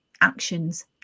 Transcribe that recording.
actions